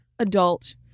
Adult